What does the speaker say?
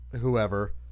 whoever